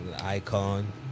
Icon